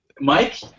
Mike